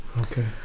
Okay